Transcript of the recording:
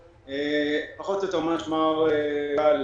גם בשלב מאוחר אפשר יהיה לחשב